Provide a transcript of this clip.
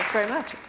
very much.